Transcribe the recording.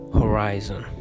horizon